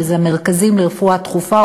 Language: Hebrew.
שזה המרכזים לרפואה דחופה,